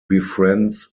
befriends